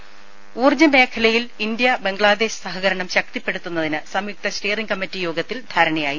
രംഭ ഊർജമേഖലയിൽ ഇന്ത്യ ബംഗ്ലാദേശ് സഹകരണം ശക്തിപ്പെടുത്തുന്നതിന് സംയുക്ത സ്റ്റിയറിംഗ് കമ്മറ്റി യോഗത്തിൽ ധാരണയായി